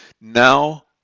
Now